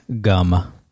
gum